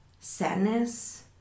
sadness